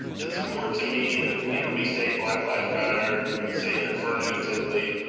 it's important to me that you know we say black lives matter, we say that affirmatively,